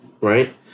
right